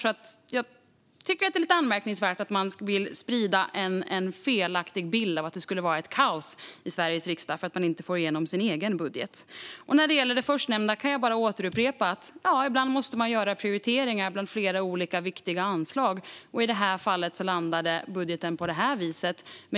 Jag tycker därför att det är anmärkningsvärt att man vill sprida en felaktig bild av att det har varit kaos i Sveriges riksdag, bara för att man inte får igenom sin egen budget. När det gäller det förstnämnda kan jag bara upprepa vad jag sa. Ibland måste man göra prioriteringar bland flera olika viktiga anslag. I detta fall landade budgeten på detta vis.